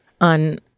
On